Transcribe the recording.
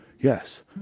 Yes